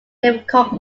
difficult